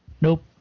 nope